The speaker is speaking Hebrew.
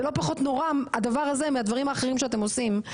זה לא פחות נורא הדבר הזה מהדברים האחרים שאתם עושים.